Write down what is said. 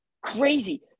Crazy